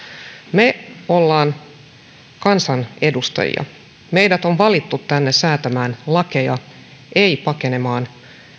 me olemme kansanedustajia meidät on valittu tänne säätämään lakeja ei pakenemaan